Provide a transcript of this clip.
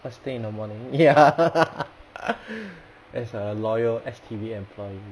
first thing in the morning ya as a loyal S_T_B employee